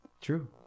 True